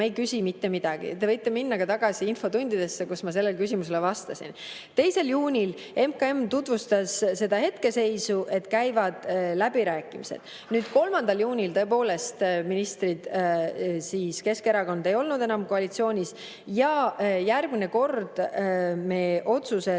ei küsi mitte midagi." Te võite ka minna tagasi infotundidesse, kus ma sellele küsimusele vastasin. 2. juunil MKM tutvustas hetkeseisu, et käivad läbirääkimised. 3. juunil, tõepoolest, Keskerakond ei olnud enam koalitsioonis, ja järgmine kord me otsused